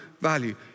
value